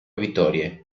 vittorie